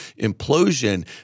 implosion